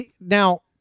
now